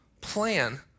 plan